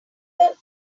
never